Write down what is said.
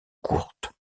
courtes